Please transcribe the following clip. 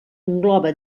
engloba